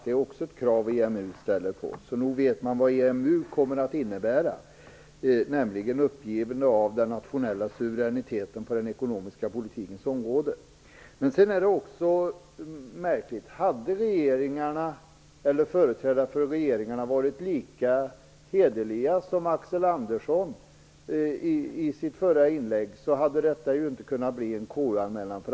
Det är också ett krav som EMU ställer på oss. Nog vet man vad EMU kommer att innebära, nämligen uppgivandet av den nationella suveräniteten på den ekonomiska politikens område. Sedan är det också märkligt. Hade företrädarna för regeringarna varit lika hederliga som Axel Andersson var i sitt förra inlägg hade detta inte kunnat bli en KU-anmälan.